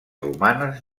romanes